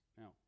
now